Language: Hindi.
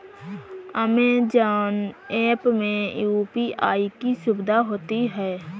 अमेजॉन ऐप में यू.पी.आई की सुविधा होती है